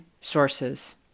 sources